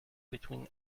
between